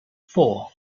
four